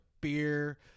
beer